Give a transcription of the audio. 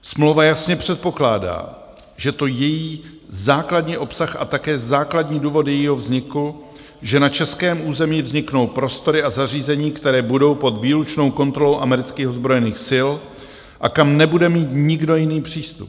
Smlouva jasně předpokládá, a to je její základní obsah a také základní důvody jejího vzniku, že na českém území vzniknou prostory a zařízení, které budou pod výlučnou kontrolou amerických ozbrojených sil a kam nebude mít nikdo jiný přístup.